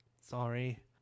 Sorry